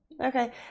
Okay